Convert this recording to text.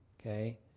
Okay